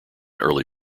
early